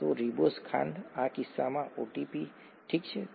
તો રિબોઝ ખાંડ આ કિસ્સામાં એટીપી ઠીક છે